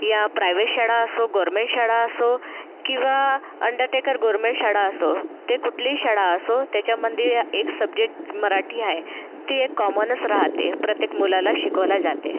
या प्रायवेट शाळा असो गोरमे शाळा असो किंवा अंडटेकर गोरमे शाळा असो ते कुठलीही शाळा असो त्याच्यामंदी एक सब्जेट मराठी हाय ती एक कॉमनस राहाते प्रत्येक मुलाला शिकवली जाते